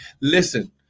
Listen